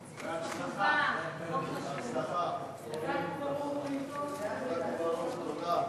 ההצעה להעביר את הצעת חוק נציבות זכויות הילד,